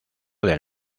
del